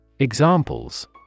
Examples